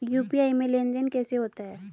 UPI में लेनदेन कैसे होता है?